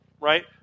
right